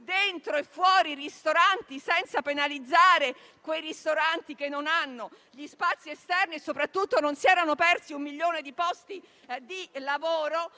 dentro e fuori i ristoranti (senza penalizzare quei locali che non hanno gli spazi esterni) e soprattutto non si erano persi un milione di posti di lavoro.